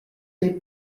võib